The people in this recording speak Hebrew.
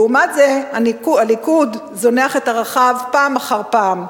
ולעומת זה הליכוד זונח את ערכיו פעם אחר פעם.